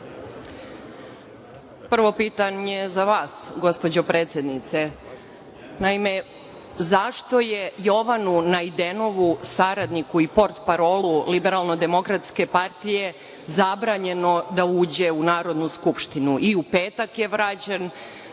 Prvo pitanje za vas, gospođo predsednice. Naime, zašto je Jovanu Najdenovu, saradniku i portparolu LDP-a, zabranjeno da uđe u Narodnu skupštinu? I u petak je vraćen